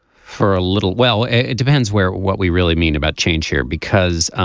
for a little well it depends where what we really mean about change here. because